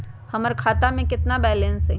हमर खाता में केतना बैलेंस हई?